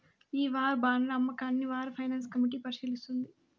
ఈ వార్ బాండ్ల అమ్మకాన్ని వార్ ఫైనాన్స్ కమిటీ పరిశీలిస్తుంది